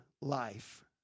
life